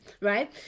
right